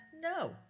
No